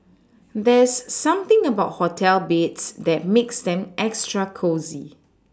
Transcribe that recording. there's something about hotel beds that makes them extra cosy